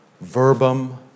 verbum